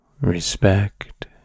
respect